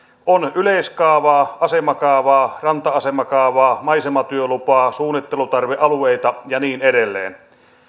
on yleiskaavaa asemakaavaa ranta asemakaavaa maisematyölupaa suunnittelutarvealueita ja niin edelleen